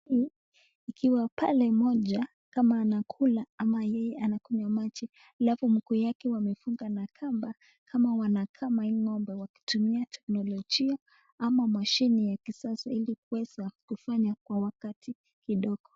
Hii ikiwa pale moja kama anakula ama yeye anakunywa maji alafu mguu yake wamefunga na kamba kama wanakama hii ng'ombe wakitumia teknologia ama mashini ya kisasa haingewezwa kufanywa kwa wakati kidogo.